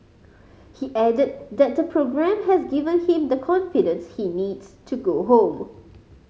he added that the programme has given him the confidence he needs to go home